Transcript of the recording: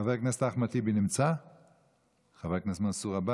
חבר הכנסת אחמד טיבי, חבר הכנסת מנסור עבאס,